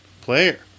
Player